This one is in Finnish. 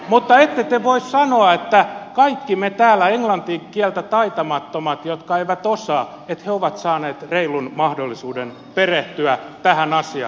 mutta ette te voi sanoa että kaikki täällä englannin kieltä taitamattomat jotka eivät osaa ovat saaneet reilun mahdollisuuden perehtyä tähän asiaan